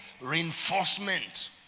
Reinforcement